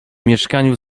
mieszkaniu